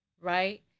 right